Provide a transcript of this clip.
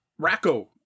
Racco